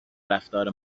رفتار